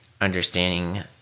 understanding